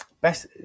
best